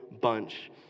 bunch